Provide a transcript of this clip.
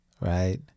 right